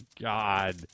God